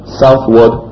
southward